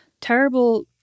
Terrible